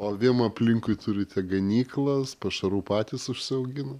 o avim aplinkui turite ganyklas pašarų patys užsiaugina